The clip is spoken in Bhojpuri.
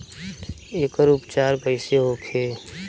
एकर उपचार कईसे होखे?